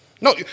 No